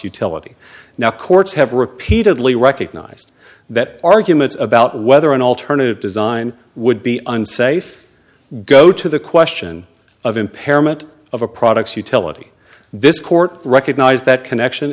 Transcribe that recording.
utility now courts have repeatedly recognized that arguments about whether an alternative design would be unsafe go to the question of impairment of a product's utility this court recognized that connection